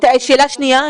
שאלה שניה,